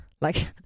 like-